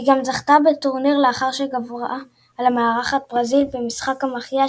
היא גם זכתה בטורניר לאחר שגברה על המארחת ברזיל במשחק המכריע,